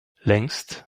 längst